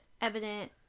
evident